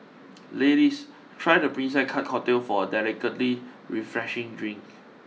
ladies try the Princess Cut cocktail for a delicately refreshing drink